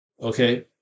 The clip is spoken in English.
okay